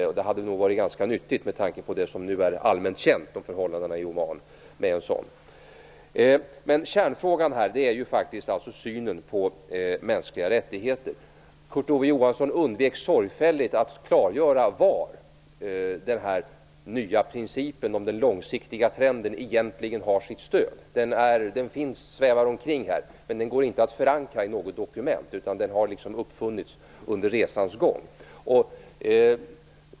Men det hade nog varit ganska nyttigt med tanke på det som nu är allmänt känt om förhållandena i Oman. Kärnfrågan här är synen på mänskliga rättigheter. Kurt Ove Johansson undvek sorgfälligt att klargöra var den nya principen om den långsiktiga trenden egentligen har sitt stöd. Den svävar omkring här, men den går inte att förankra i något dokument. Denna princip har liksom uppfunnits under resans gång.